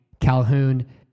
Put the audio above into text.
Calhoun